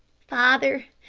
father,